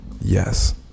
Yes